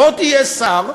בוא תהיה שר,